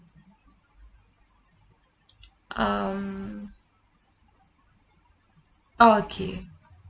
um oh okay